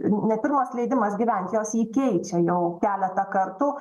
ne pirmas leidimas gyvent jos jį keičia jau keletą kartų